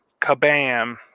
kabam